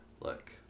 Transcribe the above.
Look